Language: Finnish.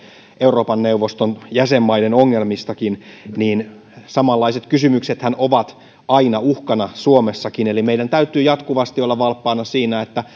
euroopan neuvoston jäsenmaiden ongelmista on aina hyvä muistaa että samanlaiset kysymyksethän ovat aina uhkana suomessakin eli meidän täytyy jatkuvasti olla valppaana siinä että